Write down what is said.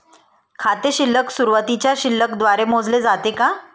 खाते शिल्लक सुरुवातीच्या शिल्लक द्वारे मोजले जाते का?